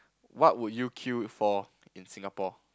what would you queue for in Singapore